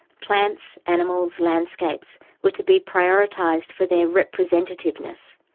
plants, animals, landscapes were to be prioritised for their representativeness,